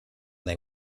they